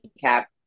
cap